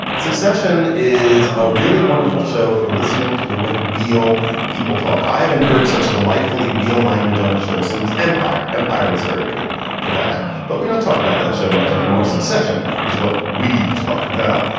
succession is a really wonderful show for listening to the way real people talk. i haven't heard such delightfully real language on a show since empire. empire was very good for that, but we don't talk about that so much anymore. succession is what we talk about.